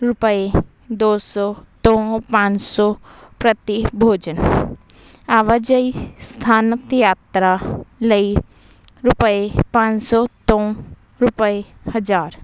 ਰੁਪਏ ਦੋ ਸੌ ਤੋਂ ਪੰਜ ਸੌ ਪ੍ਰਤੀ ਭੋਜਨ ਆਵਾਜਾਈ ਸਥਾਨਕ ਯਾਤਰਾ ਲਈ ਰੁਪਏ ਪੰਜ ਸੌ ਤੋਂ ਰੁਪਏ ਹਜ਼ਾਰ